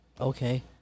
Okay